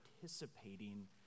participating